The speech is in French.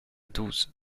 douze